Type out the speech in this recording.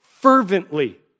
fervently